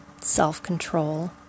self-control